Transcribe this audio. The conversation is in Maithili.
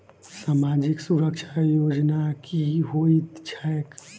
सामाजिक सुरक्षा योजना की होइत छैक?